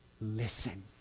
listen